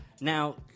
Now